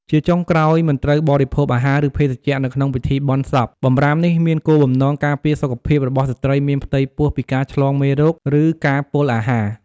ជាចុងក្រោយ មិនត្រូវបរិភោគអាហារ ឬភេសជ្ជៈនៅក្នុងពិធីបុណ្យសព បម្រាមនេះមានគោលបំណងការពារសុខភាពរបស់ស្ត្រីមានផ្ទៃពោះពីការឆ្លងមេរោគ ឬការពុលអាហារ។